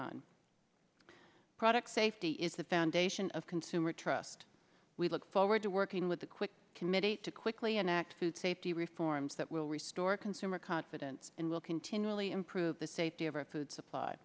nine product safety is the foundation of consumer trust we look forward to working with the quick committee to quickly enact food safety reforms that will restore consumer confidence and will continually improve the safety of our food supply